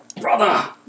Brother